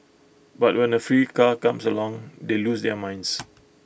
but when A free car comes along they lose their minds